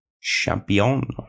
champion